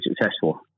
successful